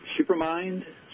Supermind